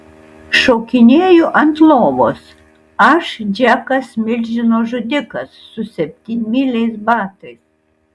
šokinėju ant lovos aš džekas milžino žudikas su septynmyliais batais